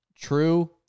True